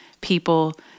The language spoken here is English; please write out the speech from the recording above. people